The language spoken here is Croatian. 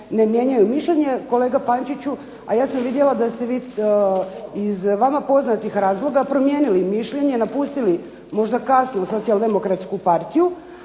ne mijenjaju mišljenje. Kolega Pančiću, a ja sam vidjela da ste vi iz vama poznatih razloga promijenili mišljenje, napustili možda kasno Socijaldemokratsku partiju.